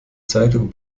zeitung